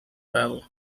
well